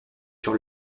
sur